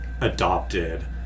adopted